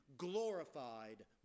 glorified